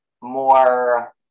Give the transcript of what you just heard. more